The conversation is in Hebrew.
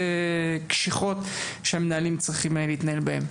קשיחות שהמנהלים צריכים להתנהל בהם.